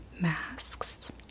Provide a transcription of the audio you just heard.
masks